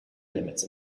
limits